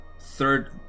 third